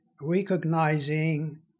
recognizing